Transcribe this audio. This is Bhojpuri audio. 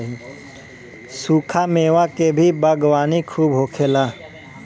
सुखा मेवा के भी बागवानी खूब होखेला